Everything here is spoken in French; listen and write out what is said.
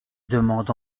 demande